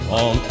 on